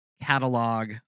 catalog